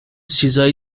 چیزهای